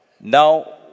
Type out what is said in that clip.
Now